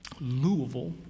Louisville